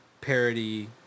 parody